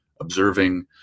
observing